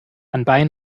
anbei